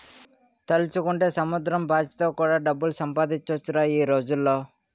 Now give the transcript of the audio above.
తలుచుకుంటే సముద్రం పాచితో కూడా డబ్బులు సంపాదించొచ్చురా ఈ రోజుల్లో